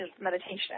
meditation